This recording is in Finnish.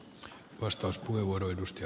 arvoisa herra puhemies